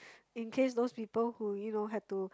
in case those people who you know have to